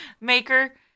maker